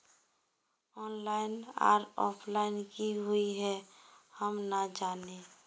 Online आर offline की हुई है हम ना जाने?